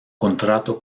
contrato